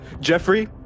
Jeffrey